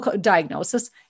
diagnosis